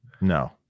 no